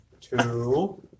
two